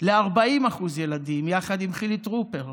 ל-40% ילדים, יחד עם חילי טרופר.